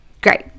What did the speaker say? great